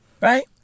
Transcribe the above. Right